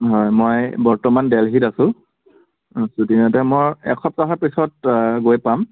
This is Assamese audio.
হয় মই বৰ্তমান দিল্লীত আছোঁ শ্বুটিঙতে মই এসপ্তাহৰ পিছত গৈ পাম